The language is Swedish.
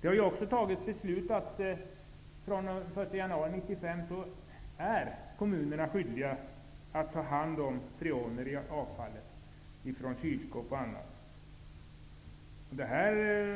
Vi har också beslutat att kommunerna fr.o.m. den 1 januari 1995 är skyldiga att ta hand om freoner i avfallet. Jag tänker då på bl.a. kylskåp.